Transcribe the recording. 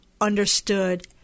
understood